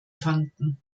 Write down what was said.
fanden